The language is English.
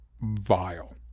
vile